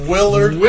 Willard